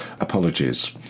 apologies